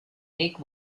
make